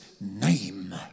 name